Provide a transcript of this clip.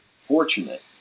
fortunate